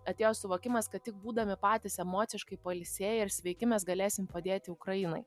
atėjo suvokimas kad tik būdami patys emociškai pailsėję ir sveiki mes galėsim padėti ukrainai